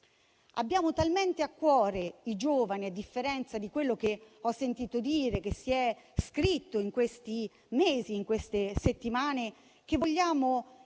Abbiamo talmente a cuore i nostri giovani, a differenza di quello che ho sentito dire e che si è scritto in questi mesi e nelle ultime settimane, che vogliamo